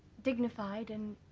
dignified and